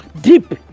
deep